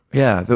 yeah. but